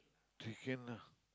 you can lah